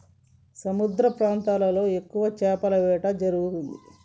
సముద్రతీర ప్రాంతాల్లో ఎక్కువ చేపల వేట జరుగుతుంది